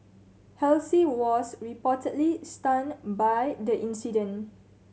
Halsey was reportedly stunned by the incident